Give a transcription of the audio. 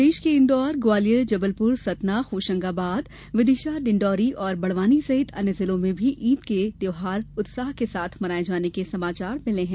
प्रदेश के इंदौर ग्वालियर जबलपुर सतना होशंगाबाद विदिशा डिडाँरी और बडवानी सहित अन्य जिलों से भी ईद का त्यौहार उत्साह के साथ मनाये जाने के समाचार मिले है